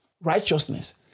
Righteousness